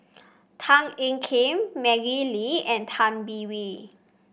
Tan Ean Kiam Maggie Lim and Tay Bin Wee